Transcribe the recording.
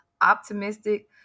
optimistic